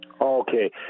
Okay